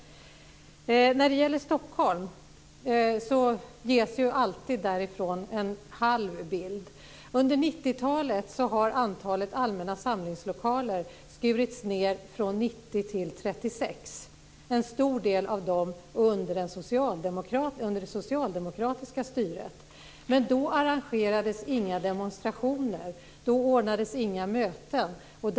Det ges alltid en halv bild från Stockholm. Under 90-talet har antalet allmänna samlingslokaler skurits ned från 90 till 36, och en stor del av dem försvann under det socialdemokratiska styret. Men då arrangerades inte några demonstrationer, och då ordnades inte några möten.